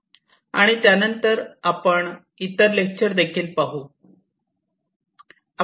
आणि त्यानंतर आपण इतर लेक्चर देखील पाहू